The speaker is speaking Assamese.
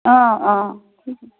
অঁ অঁ ঠিক